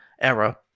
error